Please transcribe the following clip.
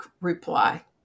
reply